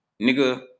nigga